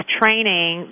training